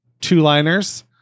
two-liners